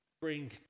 bring